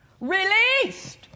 released